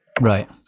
Right